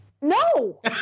no